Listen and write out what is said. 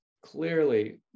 clearly